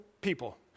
people